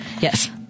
Yes